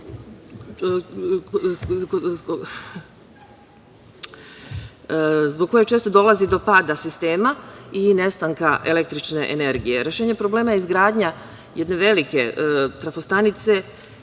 zbog koje često dolazi do pada sistema, i nestanka električne energije. Rešenje problema je izgradnja jedne velike trafostanice,